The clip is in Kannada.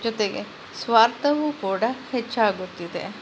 ಜೊತೆಗೆ ಸ್ವಾರ್ಥವು ಕೂಡ ಹೆಚ್ಚಾಗುತ್ತಿದೆ